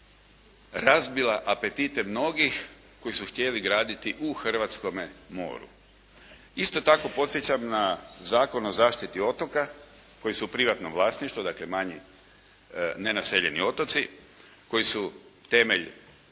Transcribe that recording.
razbila apetite mnogih koji su htjeli graditi u hrvatskome moru. Isto tako podsjećam na Zakon o zaštiti otoka koji su privatno vlasništvo dakle manji nenaseljeni otoci koji su temelj